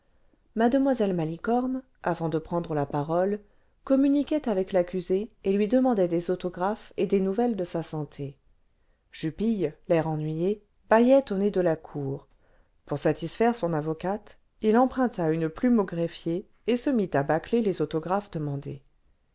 mademoiselle malicorne avant de prendre la parole communiquait avec l'accusé et lui demandait des autographes et des nouvelles de sa santé jupille l'air ennuyé bâillait au nez de la cour pour satisfaire son avocate il emprunta une plume au greffier et se mit à bâcler les autographes demandés